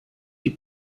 die